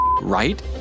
right